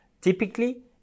Typically